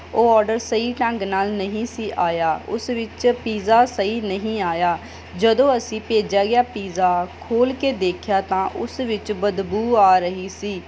ਉਹ ਓਡਰ ਸਹੀ ਢੰਗ ਨਾਲ ਨਹੀਂ ਸੀ ਆਇਆ ਉਸ ਵਿੱਚ ਪੀਜ਼ਾ ਸਹੀ ਨਹੀਂ ਆਇਆ ਜਦੋਂ ਅਸੀਂ ਭੇਜਿਆ ਗਿਆ ਪੀਜ਼ਾ ਖੋਲ੍ਹ ਕੇ ਦੇਖਿਆ ਤਾਂ ਉਸ ਵਿੱਚ ਬਦਬੂ ਆ ਰਹੀ ਸੀ